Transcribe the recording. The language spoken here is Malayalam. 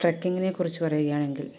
ട്രക്കിങ്ങിനെ കുറിച്ച് പറയുകയാണെങ്കിൽ